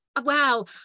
Wow